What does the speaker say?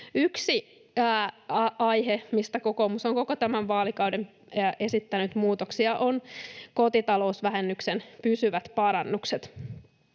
Yksi aihe, mihin kokoomus on koko tämän vaalikauden esittänyt muutoksia, on kotitalousvähennyksen pysyvät parannukset.